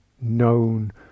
known